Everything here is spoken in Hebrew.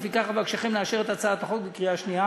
לפיכך אבקשכם לאשר את הצעת החוק בקריאה השנייה